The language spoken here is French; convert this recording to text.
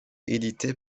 éditées